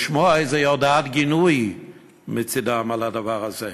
לשמוע איזו הודעת גינוי מצדם על הדבר הזה.